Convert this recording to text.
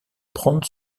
prendre